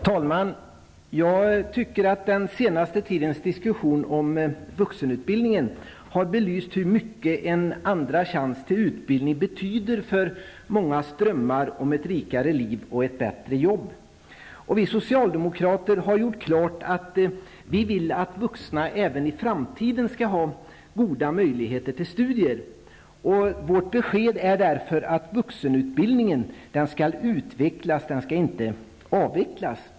Herr talman! Den senaste tidens diskussion om vuxenutbildningen har belyst hur mycket en andra chans till utbildning betyder för mångas drömmar om ett rikare liv och ett bättre jobb. Vi socialdemokrater har gjort klart att vi vill att vuxna även i framtiden skall ha goda möjligheter till studier. Vårt besked är därför att vuxenutbildningen skall utvecklas och inte avvecklas.